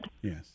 Yes